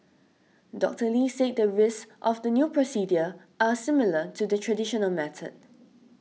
Doctor Lee said the risks of the new procedure are similar to the traditional method